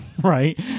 right